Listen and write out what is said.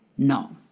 no